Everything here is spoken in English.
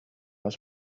was